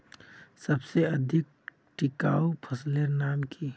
सबसे अधिक टिकाऊ फसलेर नाम की?